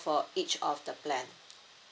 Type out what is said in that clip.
for each of the plan